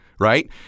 right